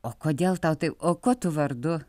o kodėl tau tai o kuo tu vardu